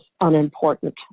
unimportant